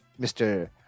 Mr